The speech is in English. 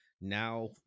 now